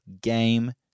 game